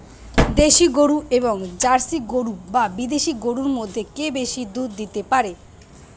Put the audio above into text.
দেশী গরু এবং জার্সি বা বিদেশি গরু মধ্যে কে বেশি দুধ দিতে পারে?